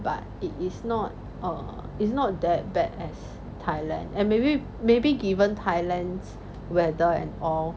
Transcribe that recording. but it is not err it's not that bad as thailand and maybe maybe given thailand's weather and all